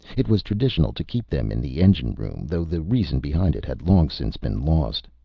it was traditional to keep them in the engine-room, though the reason behind it had long since been lost.